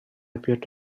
appeared